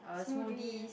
smoothie